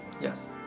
yes